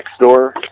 Nextdoor